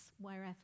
wherever